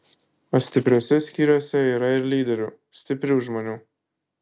o stipriuose skyriuose yra ir lyderių stiprių žmonių